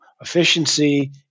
efficiency